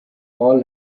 all